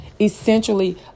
Essentially